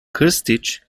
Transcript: krstiç